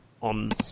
on